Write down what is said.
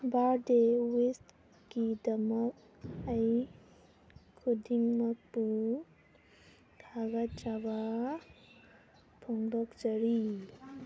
ꯕꯥꯔꯗꯦ ꯋꯤꯁꯀꯤꯗꯃꯛ ꯑꯩ ꯈꯨꯗꯤꯡꯃꯛꯄꯨ ꯊꯥꯒꯠꯆꯕ ꯐꯣꯡꯗꯣꯛꯆꯔꯤ